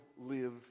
live